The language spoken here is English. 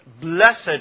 blessed